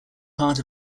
part